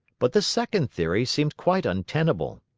but the second theory seemed quite untenable.